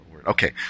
Okay